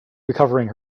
recovering